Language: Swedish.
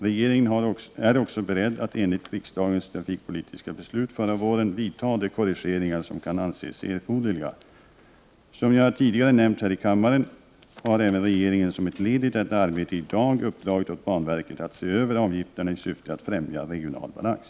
Regeringen är också beredd att enligt riksdagens trafikpolitiska beslut förra våren vidta de korrigeringar som kan anses erforderliga. Som jag tidigare nämnt här i kammaren har även regeringen som ett led i detta arbete i dag uppdragit åt banverket att se över avgifterna i syfte att främja regional balans.